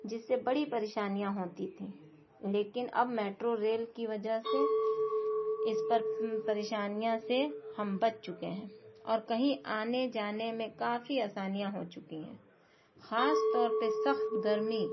جس سے بڑی پریشانیاں ہوتی تھیں لیکن اب میٹرو ریل کی وجہ سے اس پر پریشانیاں سے بچ چکے ہیں اور کہیں آنے جانے میں کافی آسانیاں ہو چکی ہیں خاص طور پہ سخت گرمی